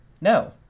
no